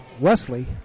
Wesley